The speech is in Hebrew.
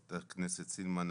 חברת הכנסת סילמן,